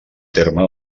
terme